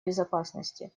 безопасности